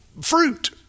Fruit